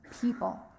people